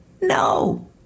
No